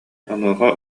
онуоха